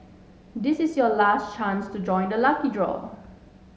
this is your last chance to join the lucky draw